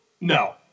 No